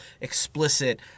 explicit